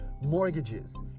mortgages